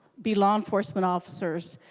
be law enforcement officers.